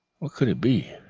what could it be,